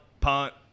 punt